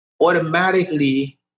Automatically